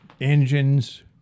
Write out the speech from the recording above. engines